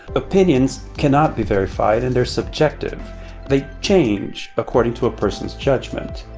opinions cannot be verified, and they're subjective they change according to a person's judgment.